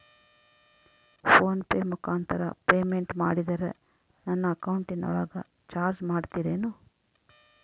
Phone pay ಮುಖಾಂತರ payment ಮಾಡಿದರೆ ನನ್ನ ಅಕೌಂಟಿನೊಳಗ ಚಾರ್ಜ್ ಮಾಡ್ತಿರೇನು?